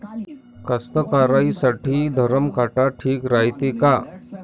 कास्तकाराइसाठी धरम काटा ठीक रायते का?